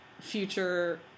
future